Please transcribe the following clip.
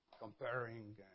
comparing